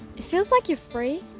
it feels like you're free,